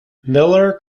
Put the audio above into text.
millar